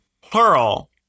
plural